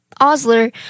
Osler